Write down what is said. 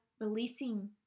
releasing